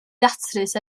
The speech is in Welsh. ddatrys